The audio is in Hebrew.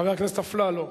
חבר הכנסת אפללו,